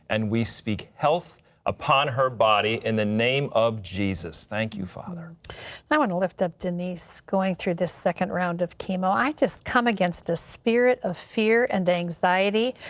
and we speak health upon her body in the name of jesus. thank you, father. terry and i want to lift up denise, going through this second round of chemo. i just calm against the spirit of fear and anxiety.